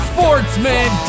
Sportsman